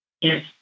Yes